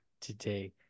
today